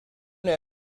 also